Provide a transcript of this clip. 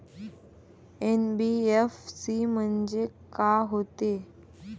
NBFC म्हणजे का होते?